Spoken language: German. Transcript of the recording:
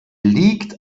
liegt